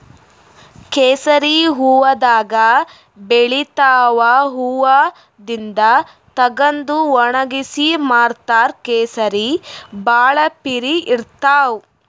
ಕೇಸರಿ ಹೂವಾದಾಗ್ ಬೆಳಿತಾವ್ ಹೂವಾದಿಂದ್ ತಗದು ವಣಗ್ಸಿ ಮಾರ್ತಾರ್ ಕೇಸರಿ ಭಾಳ್ ಪಿರೆ ಇರ್ತವ್